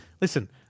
Listen